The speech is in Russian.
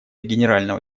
генерального